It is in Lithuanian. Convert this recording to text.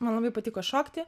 man labai patiko šokti